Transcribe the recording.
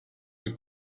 wir